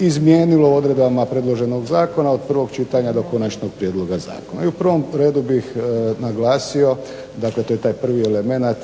izmijenilo u odredbama predloženog zakona od prvog čitanja do konačnog prijedloga zakona. I u prvom redu bih naglasio, dakle to je taj prvi elemenat